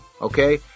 Okay